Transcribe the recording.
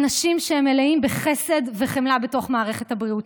אנשים שהם מלאים בחסד וחמלה בתוך מערכת הבריאות.